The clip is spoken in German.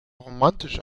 romantisch